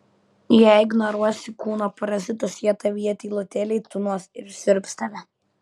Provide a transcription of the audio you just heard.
jei ignoruosi kūno parazitus jie tavyje tylutėliai tūnos ir siurbs tave